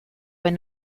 ein